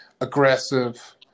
aggressive